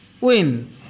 win